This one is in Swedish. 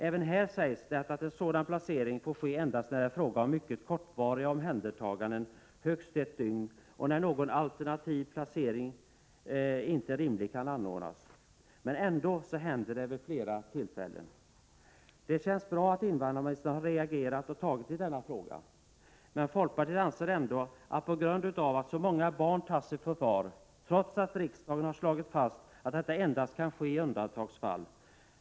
Även här sägs det att en sådan placering får ske endast när det är fråga om mycket kortvariga omhändertaganden — högst ett dygn — och när någon alternativ placering inte rimligen kan ordnas. Men ändå händer det vid flera tillfällen. Det känns bra att invandrarministern har reagerat och tagit i denna fråga, men många barn tas ändå i förvar trots att riksdagen har slagit fast att detta endast kan ske i undantagsfall.